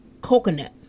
coconut